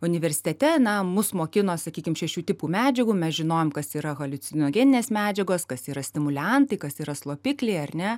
universitete na mus mokino sakykim šešių tipų medžiagų mes žinojom kas yra haliucinogeninės medžiagos kas yra stimuliantai kas yra slopikliai ar ne